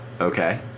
Okay